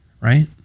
right